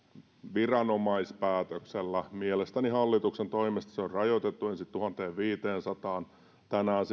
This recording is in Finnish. viranomaispäätöksellä mielestäni hallituksen toimesta rajoitettu ensin tuhanteenviiteensataan tänään siihen